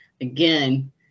again